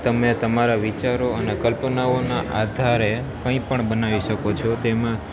તમે તમારા વિચારો અને ક્લ્પનાઓના આધારે કંઈપણ બનાવી શકો છો તેમાં